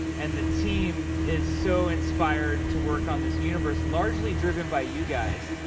and the team is so inspired to work on this universe, largely driven by you guys.